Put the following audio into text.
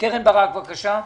קרן ברק, בבקשה.